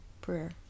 prayer